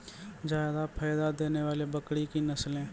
जादा फायदा देने वाले बकरी की नसले?